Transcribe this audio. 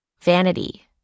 vanity